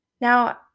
Now